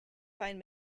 find